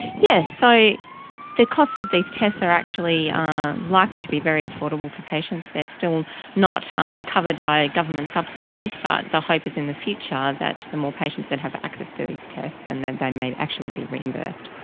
yes. so the costs of these tests are actually likely to be very affordable for patients. they're still um not um covered by government subsidies but the hope is in the future that the more patients that have access to these tests, then then they may actually be reimbursed.